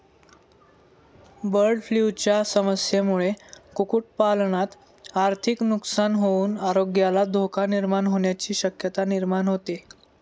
बर्डफ्लूच्या समस्येमुळे कुक्कुटपालनात आर्थिक नुकसान होऊन आरोग्याला धोका निर्माण होण्याची शक्यता निर्माण होते